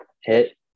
hit